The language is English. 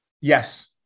Yes